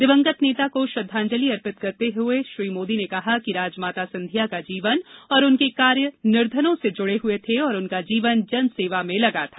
दिवंगत नेता को श्रद्वांजलि अर्पित करते हुए श्री मोदी ने कहा कि राजमाता सिंधिया का जीवन और उनके कार्य निर्धनों से जुड़े हुए थे और उनका जीवन जन सेवा में लगा था